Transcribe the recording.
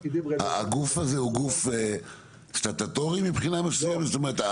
הגוף הזה הוא גוף סטטוטורי מבחינה מסוימת?